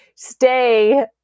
stay